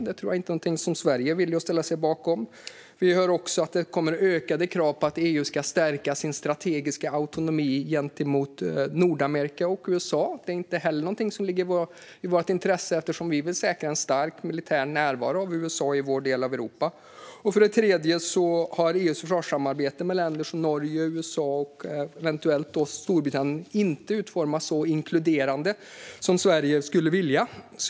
Det tror jag inte är någonting som Sverige är villigt att ställa sig bakom. För det andra kommer ökade krav på att EU ska stärka sin strategiska autonomi gentemot Nordamerika och USA. Det är inte heller någonting som ligger i vårt intresse, eftersom vi vill säkra en stark militär närvaro av USA i vår del av Europa. För det tredje har EU:s försvarssamarbete med länder som Norge, USA och eventuellt Storbritannien inte utformats så inkluderande som Sverige skulle vilja.